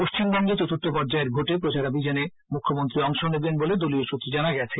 পশ্চিম বঙ্গে চতুর্থ পর্যায়ের ভোটে প্রচারাভিযানে মুখ্যমন্ত্রী অংশ নেবেন বলে দলীয় সূত্রে জানা গেছে